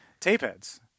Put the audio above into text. Tapeheads